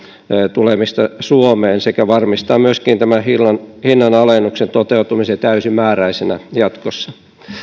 tulemista suomeen sekä varmistaa myöskin tämän hinnanalennuksen toteutumisen täysimääräisenä jatkossa